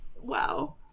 Wow